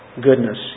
goodness